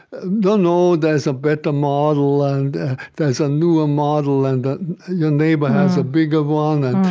no, no, there's a better model, and there's a newer model, and your neighbor has a bigger one.